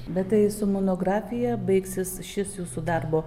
bet tai su monografija baigsis šis jūsų darbo